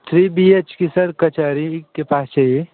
three B H K sir कचहरी के पास चाहिए